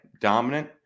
dominant